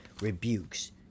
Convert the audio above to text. rebukes